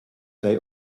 they